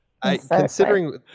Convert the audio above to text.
considering